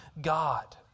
God